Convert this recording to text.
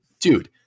dude